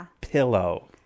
Pillow